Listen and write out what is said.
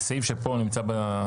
זה סעיף שפה נמצא?